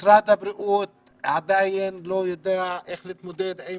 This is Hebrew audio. משרד הבריאות עדיין לא יודע איך להתמודד עם